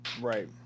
Right